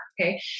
Okay